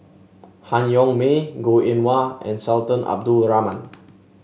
Han Yong May Goh Eng Wah and Sultan Abdul Rahman